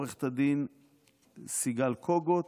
עו"ד סיגל קוגוט,